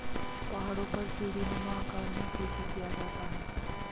पहाड़ों पर सीढ़ीनुमा आकार में खेती किया जाता है